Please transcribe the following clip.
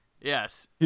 Yes